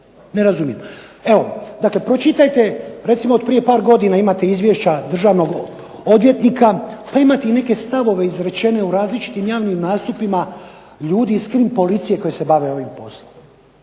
Ne razumijem. Evo, dakle pročitajte recimo od prije par godina imate izvješća državnog odvjetnika pa imate i neke stavove izrečene u različitim javnim nastupima ljudi iz krim policije koji se bave ovim poslom.